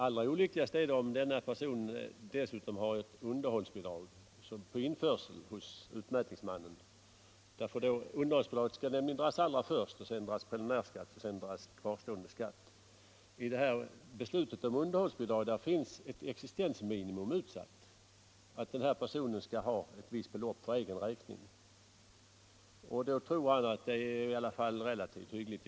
Allra olyckligast är det om denna person dessutom har ett underhållsbidrag på införsel hos utmätningsmannen. Underhållsbidraget skall nämligen dras allra först. Sedan dras preliminärskatten och därefter kvarstående skatt. I beslutet om underhållsbidrag är ett existensminimun utsatt, innebärande att personen i fråga skall ha ett visst belopp för egen räkning, och då tror han att han ändå skall få det relativt hyggligt.